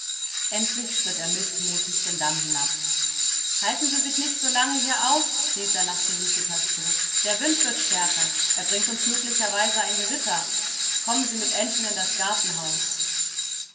endlich schritt er mißmutig den damm hinab halten sie sich nicht so lange hier auf rief er nach felicitas zurück der wind wird stärker er bringt uns möglicherweise ein gewitter kommen sie mit aennchen in das gartenhaus